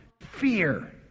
fear